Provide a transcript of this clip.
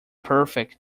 perfect